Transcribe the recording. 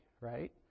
right